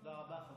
תודה רבה.